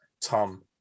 Tom